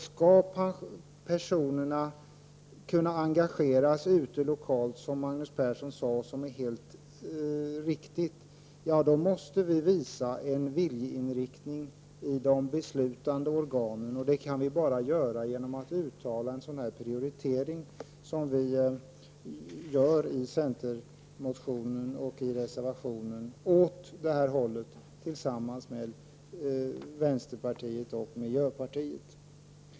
Skall människor kunna engagera sig lokalt, vilket Magnus Persson helt riktigt sade, måste vi visa en viljeinriktning i de beslutande organen. Det kan vi bara göra genom att uttala en sådan prioritering som vi för fram i centermotionen och i reservationen tillsammans med vänsterpartiet och miljöpartiet.